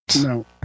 No